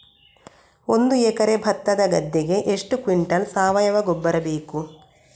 ಒಂದು ಎಕರೆ ಭತ್ತದ ಗದ್ದೆಗೆ ಎಷ್ಟು ಕ್ವಿಂಟಲ್ ಸಾವಯವ ಗೊಬ್ಬರ ಬೇಕು?